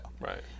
Right